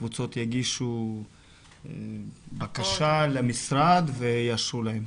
קבוצות יגישו בקשה למשרד ויאשרו להם?